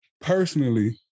personally